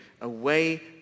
away